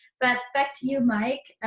but back to you, mike.